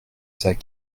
sacs